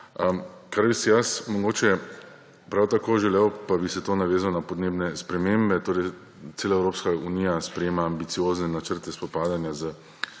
Kar bi si jaz mogoče prav tako želel pa bi se tu navezal na podnebne spremembe, cela Evropska unija sprejema ambiciozne načrte spopadanja